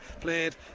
played